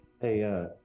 Hey